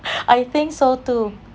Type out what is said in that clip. I think so too